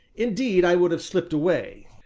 indeed, i would have slipped away,